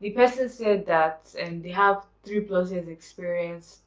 the person said that and they have three plus years experience